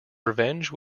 revenge